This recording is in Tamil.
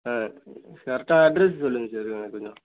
ஆ கரெக்டாக அட்ரெஸ் சொல்லுங்கள் சார் எனக்கு கொஞ்சம்